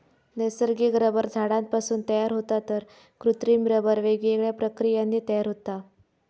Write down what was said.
नैसर्गिक रबर झाडांपासून तयार होता तर कृत्रिम रबर वेगवेगळ्या प्रक्रियांनी तयार होता